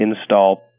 install